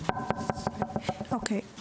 אוקיי.